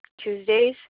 Tuesdays